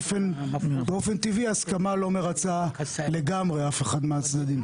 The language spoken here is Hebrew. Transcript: שבאופן טבעי הסכמה לא מרצה לגמרי אף אחד מהצדדים.